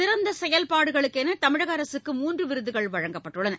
சிறந்த செயல்பாடுகளுக்கென தமிழக அரசுக்கு மூன்று விருதுகள் வழங்கப்பட்டுள்ளன